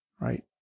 right